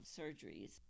surgeries